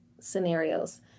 scenarios